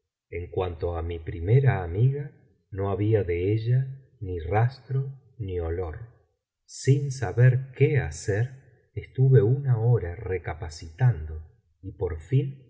en cuanto á mi primera amiga no había de ella ni rastro ni olor sin saber qué hacer estuve una hora recapacitando y por fin